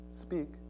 speak